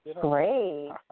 Great